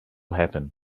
happen